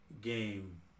game